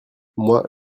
moi